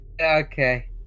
Okay